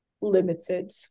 limited